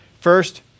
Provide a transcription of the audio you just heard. first